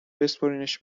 بسپرینش